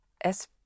Es